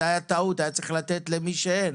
זו הייתה טעות, היינו צריכים לתת למי שאין,